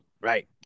right